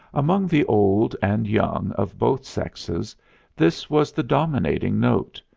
among the old and young of both sexes this was the dominating note,